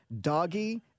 doggy